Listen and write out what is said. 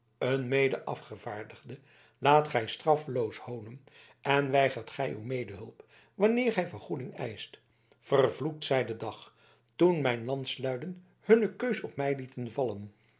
een mede afgevaardigde laat gij straffeloos hoonen en weigert gij uwe medehulp wanneer hij vergoeding eischt vervloekt zij de dag toen mijn landsluiden hunne keus op mij lieten vallen